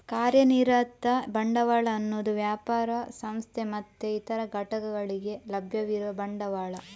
ಕಾರ್ಯನಿರತ ಬಂಡವಾಳ ಅನ್ನುದು ವ್ಯಾಪಾರ, ಸಂಸ್ಥೆ ಮತ್ತೆ ಇತರ ಘಟಕಗಳಿಗೆ ಲಭ್ಯವಿರುವ ಬಂಡವಾಳ